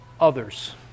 others